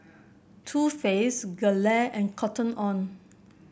Too Faced Gelare and Cotton On